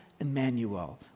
Emmanuel